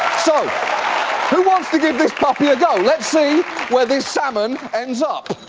so who wants to give this puppy a go. let's see where this salmon ends up.